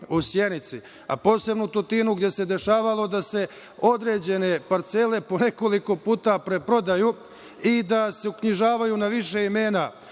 u Sjenici, a posebno u Tutinu, gde se dešavalo da se određene parcele po nekoliko puta preprodaju i da se uknjižavaju na više imena,